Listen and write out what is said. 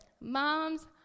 moms